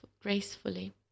gracefully